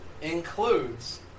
includes